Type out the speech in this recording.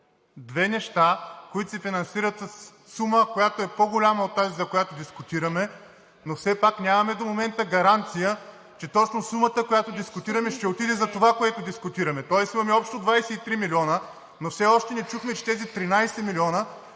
две неща, които се финансират със сума, която е по-голяма от тази, за която дискутираме. До момента все пак нямаме гаранция, че точно сумата, която дискутираме, ще отиде за това, което дискутираме, тоест имаме общо 23 милиона, но все още не чухме, че тези 13 милиона